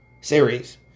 series